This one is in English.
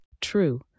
True